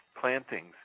plantings